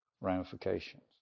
ramifications